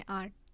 art